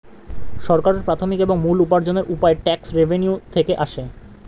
সরকারের প্রাথমিক এবং মূল উপার্জনের উপায় ট্যাক্স রেভেন্যু থেকে আসে